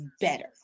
better